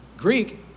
Greek